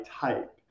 type